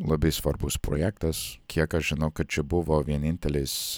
labai svarbus projektas kiek aš žinau kad čia buvo vienintelis